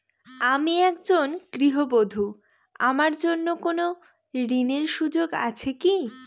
আমি একজন গৃহবধূ আমার জন্য কোন ঋণের সুযোগ আছে কি?